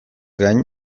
gain